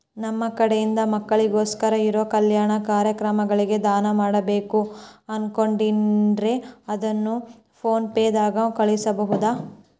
ನಮ್ಮ ಕಡೆಯಿಂದ ಮಕ್ಕಳಿಗೋಸ್ಕರ ಇರೋ ಕಲ್ಯಾಣ ಕಾರ್ಯಕ್ರಮಗಳಿಗೆ ದಾನ ಮಾಡಬೇಕು ಅನುಕೊಂಡಿನ್ರೇ ಅದನ್ನು ಪೋನ್ ಪೇ ದಾಗ ಕಳುಹಿಸಬಹುದಾ?